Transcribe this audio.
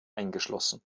eingeschlossen